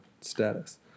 status